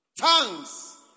tongues